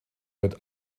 wird